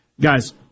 Guys